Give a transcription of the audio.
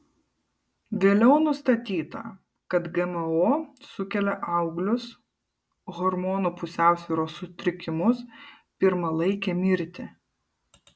vėliau nustatyta kad gmo sukelia auglius hormonų pusiausvyros sutrikimus pirmalaikę mirtį